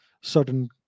certain